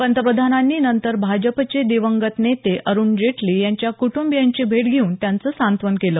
पंतप्रधानांनी नंतर भाजपचे दिवंगत नेते अरुण जेटली यांच्या कुटुंबीयांची भेट घेऊन त्यांचं सांत्वन केलं